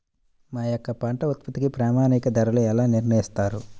మా యొక్క పంట ఉత్పత్తికి ప్రామాణిక ధరలను ఎలా నిర్ణయిస్తారు?